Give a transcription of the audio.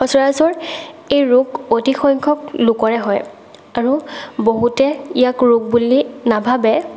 সচৰাচৰ এই ৰোগ অধিক সংখ্যক লোকৰে হয় আৰু বহুতে ইয়াক ৰোগ বুলি নাভাবে